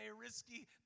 risky